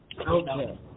Okay